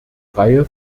reihe